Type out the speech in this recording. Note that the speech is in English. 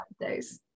days